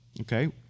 okay